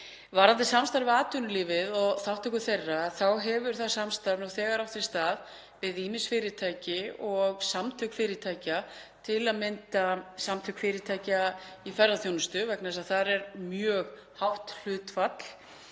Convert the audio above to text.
Varðandi samstarf við atvinnulífið og þátttöku þess þá hefur það samstarf nú þegar átt sér stað við ýmis fyrirtæki og samtök fyrirtækja, til að mynda Samtök fyrirtækja í ferðaþjónustu, vegna þess að þar er mjög hátt hlutfall